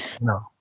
no